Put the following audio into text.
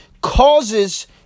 causes